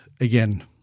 again